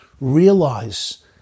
Realize